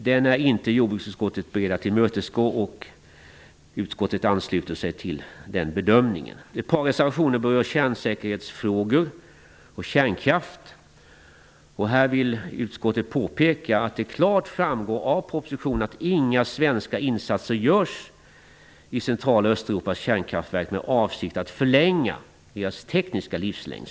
Den är inte jordbruksutskottet beredd att tillmötesgå och utskottet ansluter sig till den bedömningen. Ett par reservationer berör kärnsäkerhetsfrågor och kärnkraft. Här vill utskottet påpeka att det klart framgår av propositionen att inga svenska insatser görs i Central och Östeuropas kärnkraftverk med avsikt att förlänga deras tekniska livslängd.